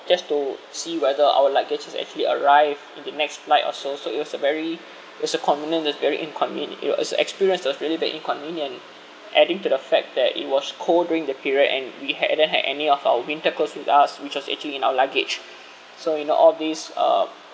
just to see whether our luggage is actually arrive in the next flight or so so it was a very it's a combinant that's very inconvenient it was a experience that was really the inconvenient adding to the fact that it was cold during the period and we had don't had any of our winter clothes with us which was actually in our luggage so you know all of these uh